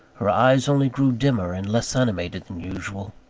her eyes only grew dimmer and less animated than usual